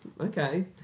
okay